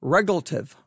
Regulative